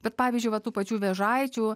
bet pavyzdžiui va tų pačių vėžaičių